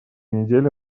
неделе